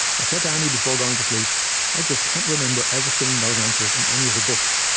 i said to annie before going to sleep i just can't remember ever seeing those answers in any of the books.